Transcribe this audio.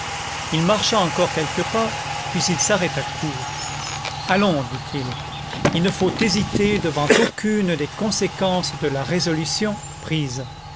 il marcha encore quelques pas puis il s'arrêta court allons dit-il il ne faut hésiter devant aucune des conséquences de la résolution prise